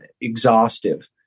exhaustive